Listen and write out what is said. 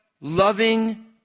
loving